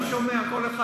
אני שומע כל אחד.